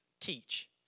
teach